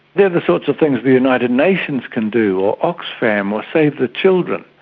they are the sorts of things the united nations can do or oxfam or save the children.